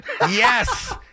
Yes